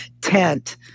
tent